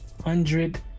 hundred